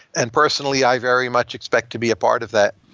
and personally i very much expect to be a part of that.